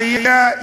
עלייה,